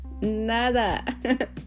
nada